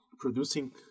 producing